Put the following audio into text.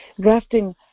grafting